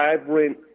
vibrant